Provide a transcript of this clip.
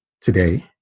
today